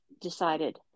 decided